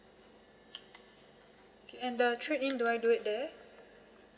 okay and the trade in do I do it there